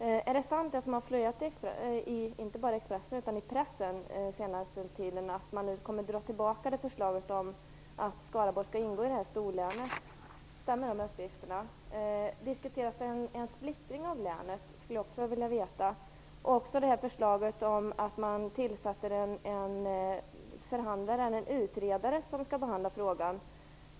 Är det sant, som har påståtts inte bara i Expressen utan också i annan press under den senaste tiden, att man nu kommer att dra tillbaka förslaget om att Skaraborg skall ingå i detta storlän? Stämmer den uppgiften? Jag skulle också vilja veta om det diskuteras en splittring av länet och om det kommer att tillsättas en utredare som skall behandla frågan.